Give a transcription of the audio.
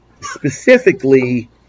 specifically